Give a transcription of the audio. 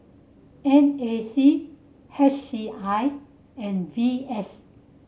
N A C H C I and V S